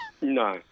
No